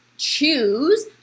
choose